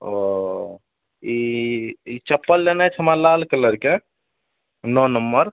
ओ ई ई चप्पल लेनाइ छै हमरा लाल कलरके नओ नम्बर